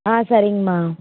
ஆ சரிங்கமா